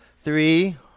Three